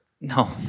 No